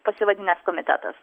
pasivadinęs komitetas